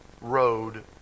road